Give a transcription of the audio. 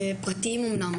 פרטיים אומנם,